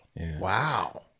wow